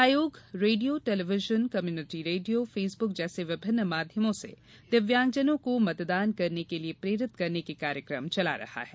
आयोग radio television community radio Facebook जैसे विभिन्न माध्यम से दिव्यांगजन को मतदान करने के लिये प्रेरित करने के कार्यक्रम चला रहा है